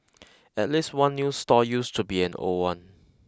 at least one new stall used to be an old one